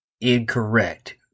incorrect